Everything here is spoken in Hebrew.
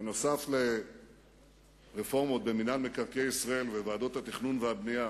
נוסף על הרפורמות במינהל מקרקעי ישראל ובוועדות התכנון והבנייה,